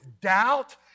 doubt